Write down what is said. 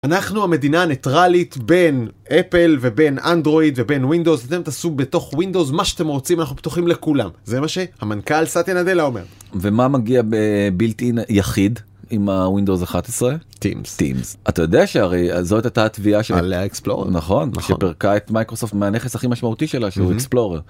אנחנו המדינה ניטרלית בין אפל ובין אנדרואיד ובין ווינדוס, אתם תעשו בתוך ווינדוס מה שאתם רוצים אנחנו פתוחים לכולם. זה מה שהמנכ״ל סטיה נדלה אומר. ומה מגיע בילד אין, יחיד, עם הווינדוס 11. Teams. אתה יודע שזה הייתה תביעה, נכון, שפירקה את מייקרוסופט מהנכס הכי משמעותי שלה שהוא אקספלורר.